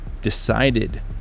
decided